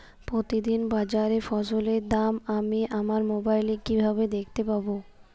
প্রতিদিন বাজারে ফসলের দাম আমি আমার মোবাইলে কিভাবে দেখতে পাব?